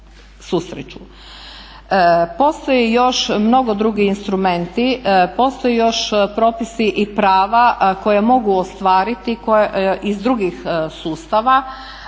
Postoji još mnogo drugih instrumenata, postoji još propisi i prava koja mogu ostvariti iz drugih sustava